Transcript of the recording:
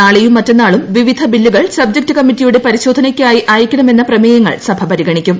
നാളെയും മറ്റന്നാളും വിവിധ ബില്ലുകൾ സബ്ജക്ട് കമ്മിറ്റിയുടെ പരിശോധനയ്ക്കായി അയയ്ക്കണമെന്ന പ്രമേയങ്ങൾ സഭ പരിഗണിക്കും